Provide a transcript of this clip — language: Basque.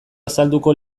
azalduko